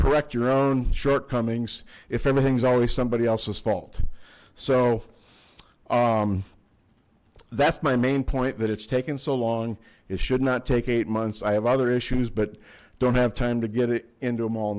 correct your own shortcomings if everything's always somebody else's fault so that's my main point that it's taken so long it should not take eight months i have other issues but don't have time to get it into